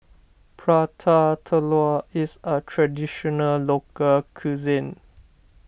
Prata Telur is a Traditional Local Cuisine